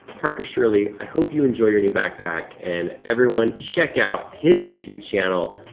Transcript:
parker shirley, i hope you enjoy your new backpack and everyone check out his youtube channel,